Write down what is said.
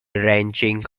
ranching